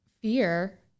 Fear